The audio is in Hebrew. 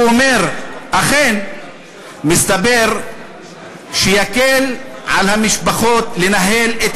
והוא אומר: אכן מסתבר שיקל על המשפחות לנהל את